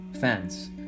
Fans